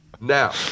now